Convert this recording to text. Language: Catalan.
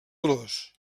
dolors